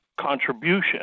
contribution